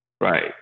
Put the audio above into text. Right